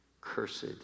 cursed